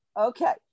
Okay